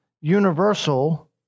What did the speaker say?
universal